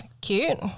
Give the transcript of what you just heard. cute